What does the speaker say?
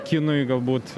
kinui galbūt